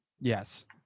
Yes